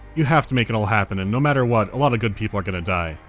you have to make it all happen, and no matter what, a lot of good people are gonna die.